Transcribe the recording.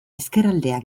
ezkerraldean